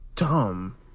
dumb